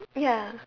ya